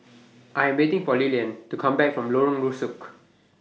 I Am waiting For Lilian to Come Back from Lorong Rusuk